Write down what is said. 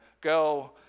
go